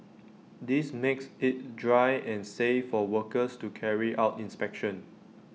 this makes IT dry and safe for workers to carry out inspections